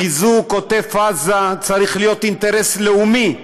חיזוק עוטף עזה צריך להיות אינטרס לאומי,